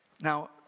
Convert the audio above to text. Now